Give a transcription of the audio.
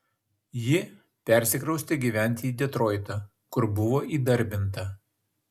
ji persikraustė gyventi į detroitą kur buvo įdarbinta